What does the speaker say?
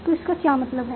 तो इसका क्या मतलब है